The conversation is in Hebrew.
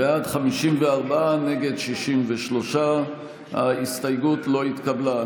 בעד, 54, נגד, 63. ההסתייגות לא התקבלה.